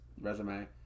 resume